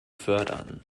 fördern